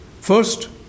first